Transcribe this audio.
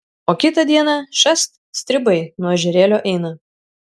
o kitą dieną šast stribai nuo ežerėlio eina